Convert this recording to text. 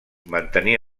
mantenir